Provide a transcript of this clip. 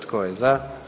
Tko je za?